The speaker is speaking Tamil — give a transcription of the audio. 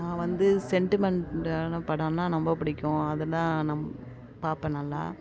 நான் வந்து சென்டிமெண்ட்டான படம்னா ரொம்ப பிடிக்கும் அதலாம் பார்ப்பேன் நல்லா